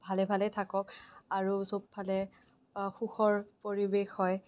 ভালে ভালে থাকক আৰু চব ফালে সুখৰ পৰিৱেশ হয়